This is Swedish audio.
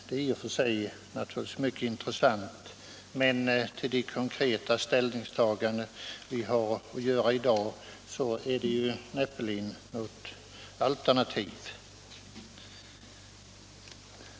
Det är i och för sig naturligtvis mycket intressant, men till de konkreta ställ ningstaganden vi har att göra i dag är det näppeligen något alternativ.